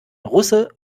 russe